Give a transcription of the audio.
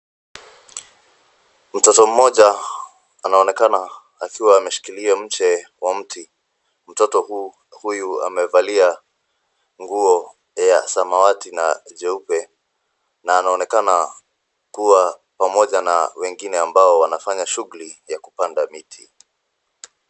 Mtoto mmoja anaonekana akiwa ameshikilia mche wa mti. Mtoto huu huyu amevalia nguo ya samawati na jeupe na anaonekana kuwa pamoja na wengine ambao wanafanya shughuli ya kupanda miti.